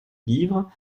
livre